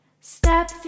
step